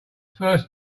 first